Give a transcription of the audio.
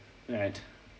right